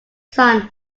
son